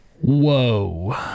Whoa